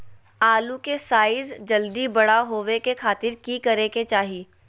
आलू के साइज जल्दी बड़ा होबे के खातिर की करे के चाही?